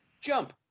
jump